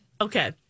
Okay